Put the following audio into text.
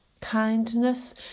kindness